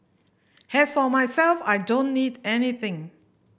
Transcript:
has for myself I don't need anything